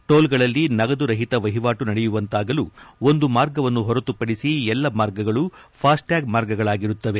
toll ಗಳಲ್ಲಿ ನಗದು ರಹಿತ ವಹಿವಾಟು ನಡೆಯುವಂತಾಗಲು ಒಂದು ಮಾರ್ಗವನ್ನು ಹೊರತು ಪಡಿಸಿ ಎಲ್ಲ ಮಾರ್ಗಗಳು ಫಾಸ್ಟ್ ಟ್ವಾಗ್ ಮಾರ್ಗಗಳಾಗಿರುತ್ತವೆ